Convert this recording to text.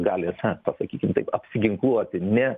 gali ne pasakykim taip apsiginkluoti ne